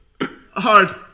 hard